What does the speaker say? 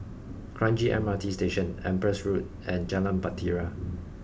Kranji M R T Station Empress Road and Jalan Bahtera